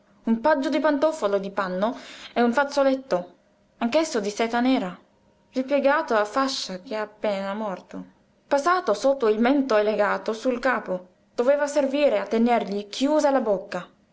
un pajo di pantofole di panno e un fazzoletto anch'esso di seta nera ripiegato a fascia che appena morto passato sotto il mento e legato sul capo doveva servire a tenergli chiusa la bocca